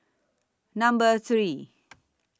Number three